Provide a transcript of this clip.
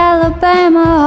Alabama